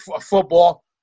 football